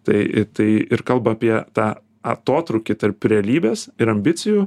tai tai ir kalba apie tą atotrūkį tarp realybės ir ambicijų